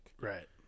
Right